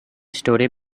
story